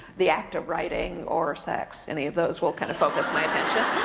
the act of writing, or sex. any of those will kind of focus my attention.